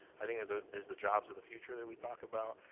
i think is ah is the jobs of the future that we talk about.